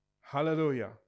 Hallelujah